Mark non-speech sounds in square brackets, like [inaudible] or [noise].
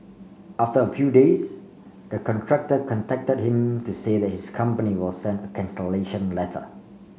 after a few days the contractor contacted him to say that his company will send a [unintelligible] letter